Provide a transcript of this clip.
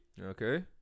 Okay